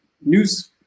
news